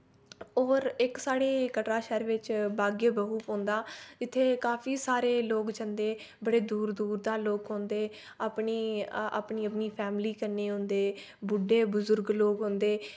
और इक साढ़े कटरा शैह्र बिच बाग ए बाहु पौंदा इत्थै काफी सारे लोक जन्दे बड़े दूर दूर दा लोक औंदे अपनी अपनी अपनी फैमली कन्नै औंदे बुड्डे बुजुर्ग लोक औंदे